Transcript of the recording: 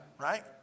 Right